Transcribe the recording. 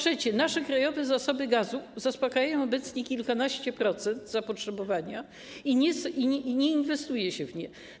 Kolejne, nasze krajowe zasoby gazu zaspakajają obecnie kilkanaście procent zapotrzebowania i nie inwestuje się w nie.